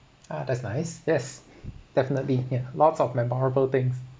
ah that's nice yes definitely ya lots of memorable things